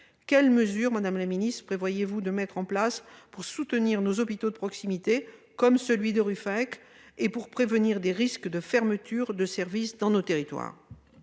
Quelles mesures prévoyez-vous de mettre en place pour soutenir nos hôpitaux de proximité, comme celui de Ruffec, et pour prévenir des risques de fermeture de services dans nos territoires ?